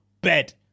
Bed